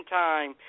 time